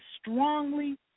strongly